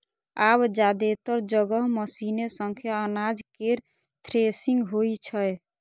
आब जादेतर जगह मशीने सं अनाज केर थ्रेसिंग होइ छै